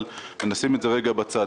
אבל נשים את זה לרגע בצד.